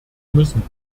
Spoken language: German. müssen